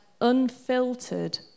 unfiltered